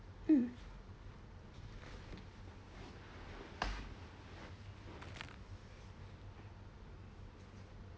mm